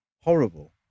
Horrible